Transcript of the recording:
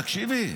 תקשיבי,